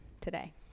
today